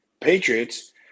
Patriots